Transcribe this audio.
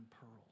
pearls